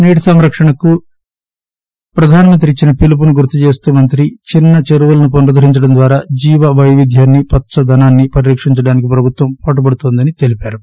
నీటి సంరక్షణకు ప్రధానమంత్రి ఇచ్చిన పిలుపును గుర్తు చేస్తూ మంత్రి చిన్స చెరువులను పునరుద్దరించడం ద్వారా జీవ పైవిధ్యాన్సి పచ్చదనాన్ని పరిరక్షించడానికి ప్రభుత్వం పాటుపడుతోందని తెలీపారు